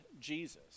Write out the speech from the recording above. Jesus